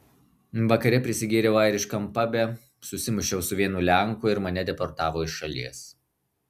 vakare prisigėriau airiškam pabe susimušiau su vienu lenku ir mane deportavo iš šalies